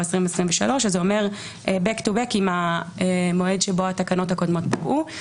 2023)". שזה אומר back to back עם המועד שבו התקנות הקודמות פקעו.